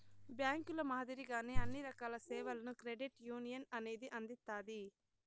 బ్యాంకుల మాదిరిగానే అన్ని రకాల సేవలను క్రెడిట్ యునియన్ అనేది అందిత్తాది